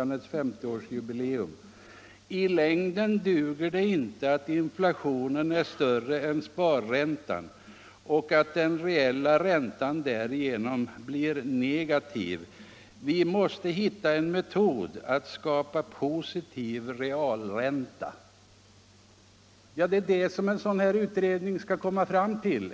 reservationen: ”I längden duger det inte att inflationen är större än sparräntan och att den reella räntan därigenom blir negativ. Vi måste hitta en metod att skapa positiv realränta.” Det är det en sådan här utredning skall komma fram till.